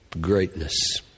greatness